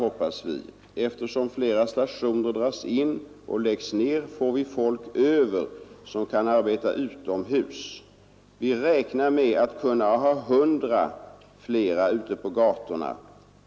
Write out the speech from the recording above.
Han tillade: ”Eftersom flera stationer dras in och läggs ner, får vi folk ”över som kan arbeta utomhus. Vi räknar med att kunna ha 100 fler ute på gatorna.